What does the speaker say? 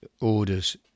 orders